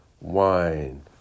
wine